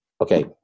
okay